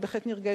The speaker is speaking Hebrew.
אני בהחלט נרגשת,